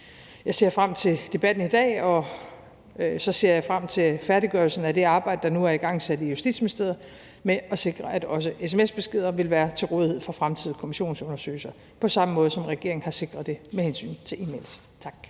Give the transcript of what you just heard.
Jeg ser frem til debatten i dag, og så ser jeg frem til færdiggørelsen af det arbejde, der nu er igangsat i Justitsministeriet, med at sikre, at også sms-beskeder vil være til rådighed for fremtidige kommissionsundersøgelser på samme måde, som regeringen har sikret det med hensyn til e-mails. Tak.